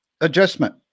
adjustment